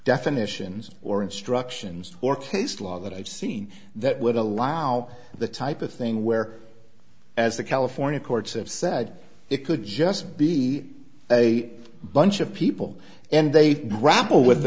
definitions or instructions or case law that i've seen that would allow the type of thing where as the california courts have said it could just be a bunch of people and they grapple with the